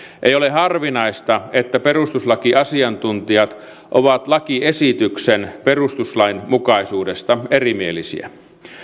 ei ole harvinaista että perustuslakiasiantuntijat ovat lakiesityksen perustuslainmukaisuudesta erimielisiä